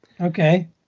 Okay